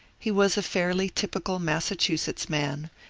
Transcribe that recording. he was a fairly typical massachusetts man,